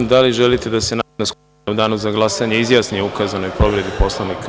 Da li želite da se Narodna skupština u danu za glasanje izjasni o ukazanoj povredi Poslovnika?